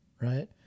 right